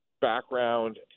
background